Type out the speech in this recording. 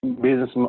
business